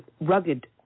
rugged